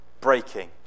breaking